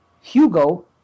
Hugo